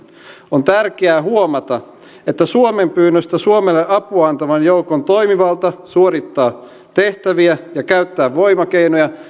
on tärkeää huomata että suomen pyynnöstä suomelle apua antavan joukon toimivalta suorittaa tehtäviä ja käyttää voimakeinoja